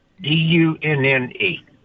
D-U-N-N-E